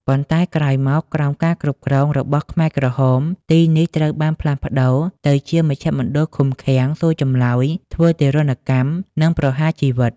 ប៉ុន្តែក្រោយមក ក្រោមការគ្រប់គ្រងរបស់ខ្មែរក្រហម ទីនេះត្រូវបានផ្លាស់ប្តូរទៅជាមជ្ឈមណ្ឌលឃុំឃាំង សួរចម្លើយ ធ្វើទារុណកម្ម និងប្រហារជីវិត។